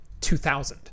2000